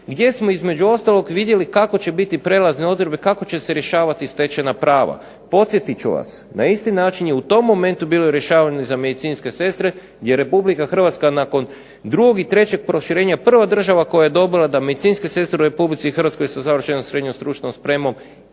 gdje smo između ostalog vidjeli kako će biti prijelazne odredbe, kako će se rješavati stečena prava. Podsjetit ću vas na isti način je u tom momentu bilo rješavanje za medicinske sestre, jer Republika Hrvatska nakon drugog i trećeg proširenja prva država koja je dobila da medicinske sestre u Republici Hrvatskoj sa završenom srednjom stručnom spremom